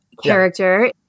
character